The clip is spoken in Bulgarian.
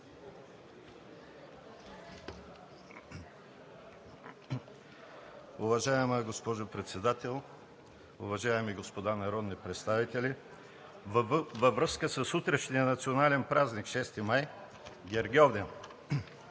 Уважаема госпожо Председател, уважаеми дами и господа народни представители! Във връзка с утрешния Национален празник – 6 май, Гергьовден,